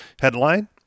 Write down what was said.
Headline